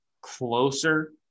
closer